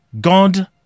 God